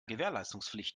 gewährleistungspflicht